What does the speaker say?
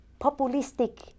populistic